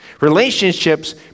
Relationships